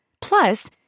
Plus